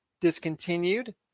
discontinued